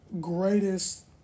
greatest